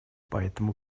поэтому